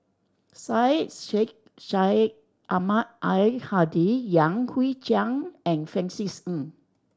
Syed Sheikh Syed Ahmad Al Hadi Yan Hui Chang and Francis Ng